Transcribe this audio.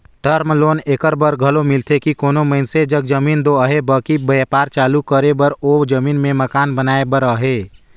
term loan एकर बर घलो मिलथे कि कोनो मइनसे जग जमीन दो अहे बकि बयपार चालू करे बर ओ जमीन में मकान बनाए बर अहे